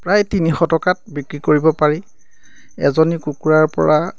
প্ৰায় তিনিশ টকাত বিক্ৰী কৰিব পাৰি এজনী কুকুৰাৰ পৰা